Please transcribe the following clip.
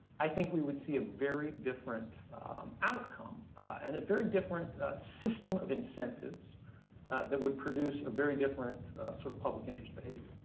i think we would see a very different outcome and a very different system of incentives that would produce a very different sort of public interest behavior.